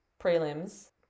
prelims